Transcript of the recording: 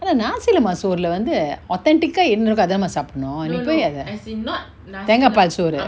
ஆனா:aana nasi lemak சோறு:soru lah வந்து:vanthu authentic ah இன்னொருக்கா அத மாரி சாப்டனு நீ போய் அத தேங்கா பால் சோறு:innorukka atha mari saapdanu nee poy atha thenga paal soru